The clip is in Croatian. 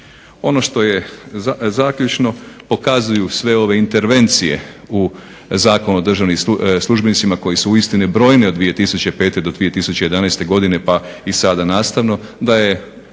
Ono što je zaključno, pokazuju sve ove intervencije u zakon o državnim službenicima koje su uistinu brojne od 2005. do 2011. godine, pa i sada nastavno da je